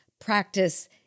practice